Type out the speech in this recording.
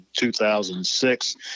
2006